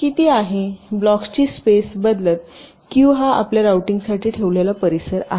किती आहे ब्लॉक्सची स्पेस बदलत Q हा आपण रूटिंगसाठी ठेवलेला परिसर आहे